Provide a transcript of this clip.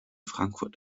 frankfurt